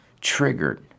triggered